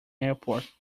airport